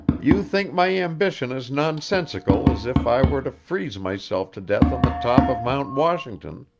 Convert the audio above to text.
you think my ambition as nonsensical as if i were to freeze myself to death on the top of mount washington,